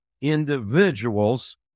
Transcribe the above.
individuals